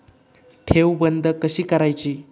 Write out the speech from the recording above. ठेव बंद कशी करायची?